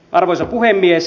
arvoisa puhemies